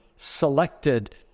selected